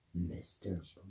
Mr